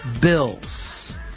Bills